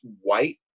white